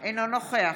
אינו נוכח